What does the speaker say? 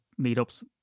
meetups